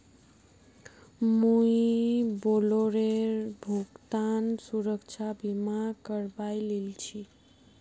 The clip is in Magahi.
मुई बोलेरोर भुगतान सुरक्षा बीमा करवइ लिल छि